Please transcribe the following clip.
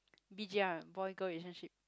b_g_r boy girl relationship